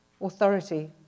authority